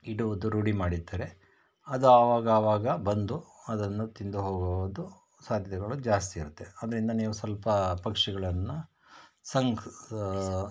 ಇಡುವುದು ರೂಢಿ ಮಾಡಿದ್ದರೆ ಅದು ಆವಾಗ ಆವಾಗ ಬಂದು ಅದನ್ನು ತಿಂದು ಹೋಗುವುದು ಸಾಧ್ಯತೆಗಳು ಜಾಸ್ತಿ ಇರುತ್ತೆ ಅದರಿಂದ ನೀವು ಸ್ವಲ್ಪ ಪಕ್ಷಿಗಳನ್ನು ಸಂಗ್